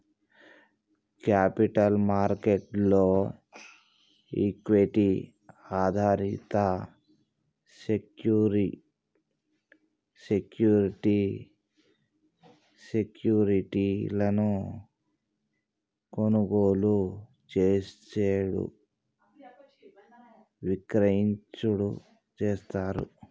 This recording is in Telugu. క్యాపిటల్ మార్కెట్ లో ఈక్విటీ ఆధారిత సెక్యూరి సెక్యూరిటీ సెక్యూరిటీలను కొనుగోలు చేసేడు విక్రయించుడు చేస్తారు